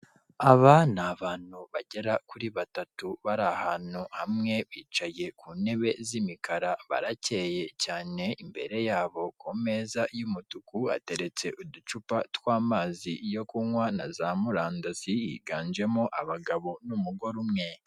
Aba ni abantu bagera kuri batatu bari ahantu hamwe bicaye ku ntebe z'imikara barakeye cyane, imbere yabo ku meza y'umutuku hateretse uducupa tw'amazi yo kunywa na za murandasi higanjemo abagabo n'umugore umwe.